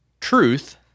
truth